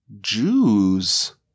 Jews